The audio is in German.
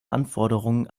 anforderungen